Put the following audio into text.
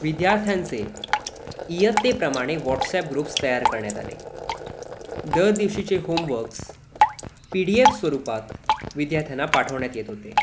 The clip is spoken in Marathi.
विद्यार्थ्यांचे इयत्तेप्रमाणे वॉट्सॲप ग्रुप्स तयार करण्यात आले दर दिवशीचे होमवक्स पी डी एफ स्वरूपात विद्यार्थ्यांना पाठवण्यात येत होते